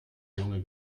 junge